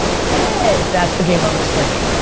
yeah that's the game i'm explaining.